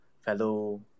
fellow